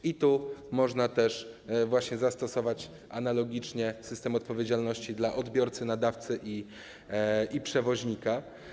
I tu można też właśnie zastosować analogicznie system odpowiedzialności dla odbiorcy, nadawcy i przewoźnika.